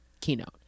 keynote